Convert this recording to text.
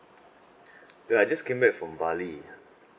ya I just came back from bali